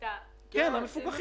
נכון, הם מפוקחים.